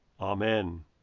Amen